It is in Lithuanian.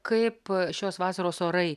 kaip šios vasaros orai